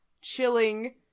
chilling